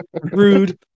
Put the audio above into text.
Rude